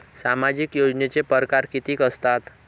सामाजिक योजनेचे परकार कितीक असतात?